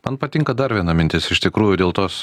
man patinka dar viena mintis iš tikrųjų dėl tos